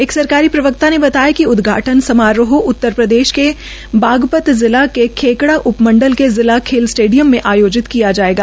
एक सरकारी प्रवक्ता ने बताया कि उदघाटन समारोह उत्तर प्रदेश के बागपत जिला के खेकड़ा उपमंडल के जिला खेल स्टेडियम में आयोजित किया जाएगा